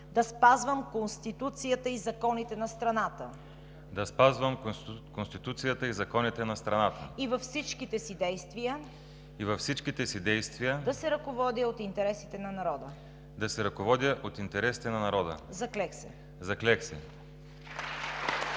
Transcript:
да спазвам Конституцията и законите на страната и във всичките си действия да се ръководя от интересите на народа. Заклех се!“